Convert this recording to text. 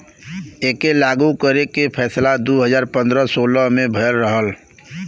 एके लागू करे के फैसला दू हज़ार पन्द्रह सोलह मे भयल रहल